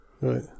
Right